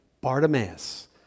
Bartimaeus